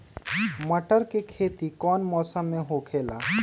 मटर के खेती कौन मौसम में होखेला?